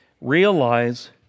realize